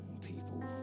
people